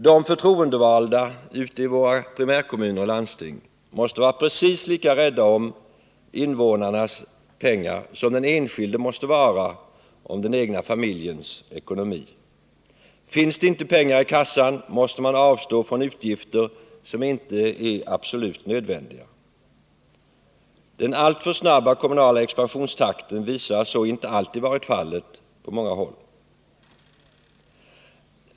De förtroendevalda ute i våra primärkommuner och landsting måste vara precis lika rädda om kommuninvånarnas pengar som den enskilde måste vara om den egna familjens ekonomi. Finns det inte pengar i kassan måste man avstå från utgifter som inte är absolut nödvändiga. Den alltför snabba kommunala expansionstakten visar att så inte alltid skett på många håll.